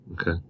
Okay